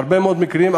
בהרבה מאוד מקרים,